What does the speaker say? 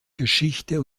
geschichte